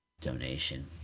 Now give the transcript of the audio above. donation